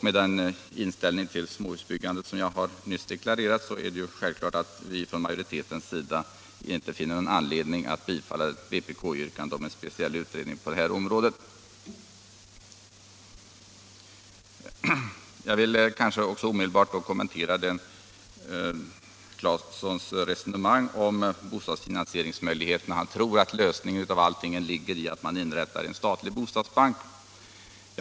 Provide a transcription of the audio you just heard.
Med den inställning till småhusbyggandet som jag har deklarerat att vi har inom utskottsmajoriteten är det självklart att vi inte finner anledning att tillstyrka vpk:s yrkande om en speciell utredning på detta område. Jag vill också omedelbart kommentera herr Claesons resonemang om bostadsfinansieringsmöjligheterna. Han tror att lösningen ligger i att man inrättar en statlig bostadsbank.